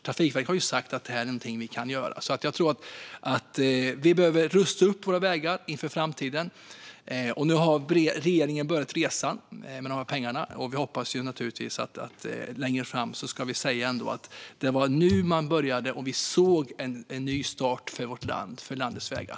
Trafikverket har sagt att detta är någonting vi kan göra. Vi behöver rusta upp våra vägar inför framtiden. Nu har regeringen börjat resan med de här pengarna, och vi hoppas att vi längre fram kommer att kunna säga att det var nu man började och att det var nu man såg en nystart för vårt land och för landets vägar.